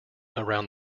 around